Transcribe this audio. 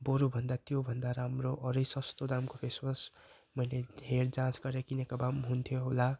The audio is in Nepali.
बरूभन्दा त्योभन्दा राम्रो अरू नै सस्तो दामको फेसवास मैले हेरजाँच गरेर किनेको भए पनि हुन्थ्यो होला